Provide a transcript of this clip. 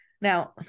Now